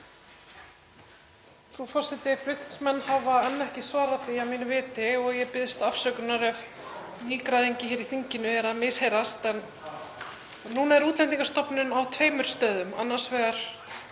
Frú forseti. Flutningsmenn hafa enn ekki svarað því að mínu viti og ég biðst afsökunar ef nýgræðingi hér í þinginu misheyrist. Núna er Útlendingastofnun á tveimur stöðum, annars vegar